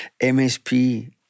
MSP